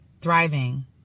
thriving